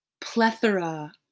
plethora